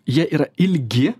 jie yra ilgi